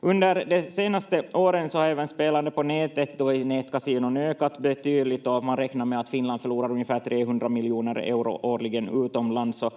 Under de senaste åren har även spelandet på nätet i nätkasinon ökat betydligt, och man räknar med att Finland förlorar ungefär 300 miljoner euro årligen till